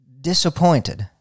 disappointed